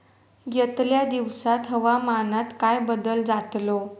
यतल्या दिवसात हवामानात काय बदल जातलो?